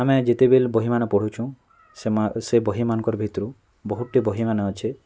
ଆମେ ଯେତେବେଲେ ବହିମାନେ ପଢ଼ୁଛୁ ସେମା ସେ ବହିମାନଙ୍କର୍ ଭିତରୁ ବହୁଟି ବହିମାନେ ଅଛେ